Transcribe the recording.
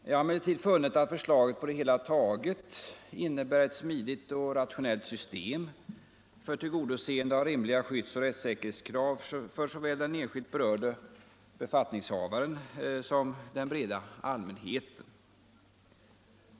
Jag har emellertid funnit att förslaget på det hela taget innebär ett smidigt och rationellt system för tillgodoseende av rimliga skyddsoch rättssäkerhetskrav för såväl den enskilt berörde befattningshavaren som den breda allmänheten.